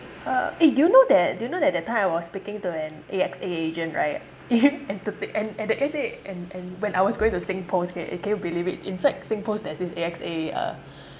uh eh do you know that do you know that that time I was speaking to an A_X_A agent right entertai~ and and the A_X_A and and when I was going to singpost eh eh can you believe it in fact singpost there's this A_X_A uh